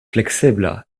fleksebla